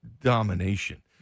domination